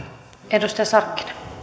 arvoisa